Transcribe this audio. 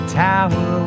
tower